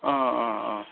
अँ अँ अँ